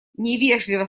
невежливо